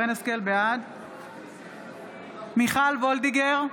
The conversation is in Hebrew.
בעד מיכל וולדיגר,